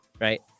Right